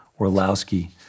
Orlowski